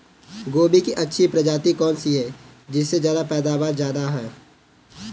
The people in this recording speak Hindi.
गोभी की अच्छी प्रजाति कौन सी है जिससे पैदावार ज्यादा हो?